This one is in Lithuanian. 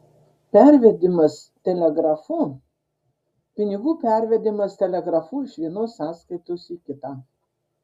pervedimas telegrafu pinigų pervedimas telegrafu iš vienos sąskaitos į kitą